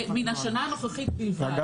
וכמובן